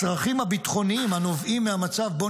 הצרכים הביטחוניים הנובעים מהמצב בו